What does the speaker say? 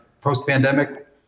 post-pandemic